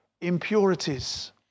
impurities